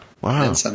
Wow